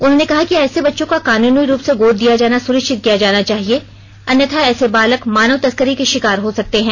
उन्होंने कहा कि ऐसे बच्चों का कानूनी रूप से गोद दिया जाना सुनिश्चित किया जाना चाहिए अन्यथा ऐसे बालक मानव तस्करी के शिकार हो सकते हैं